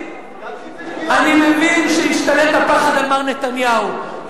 אני מבין שהשתלט הפחד על מר נתניהו,